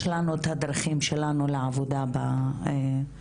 יש לנו את הדרכים שלנו לעבודה פה.